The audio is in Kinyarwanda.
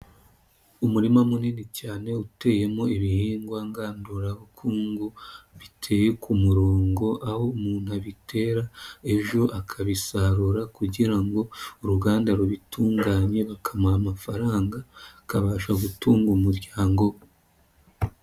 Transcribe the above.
Umurima munini cyane uteyemo ibihingwa ngandurabukungu biteye ku murongo, aho umuntu abitera ejo akabisarura kugira ngo uruganda rubitunganye, bakamuha amafaranga akabasha gutunga umuryango we.